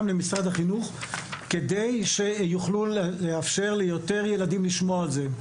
למשרד החינוך כדי שיוכלו לאפשר ליותר ילדים לשמוע על זה.